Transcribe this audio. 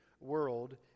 world